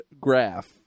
graph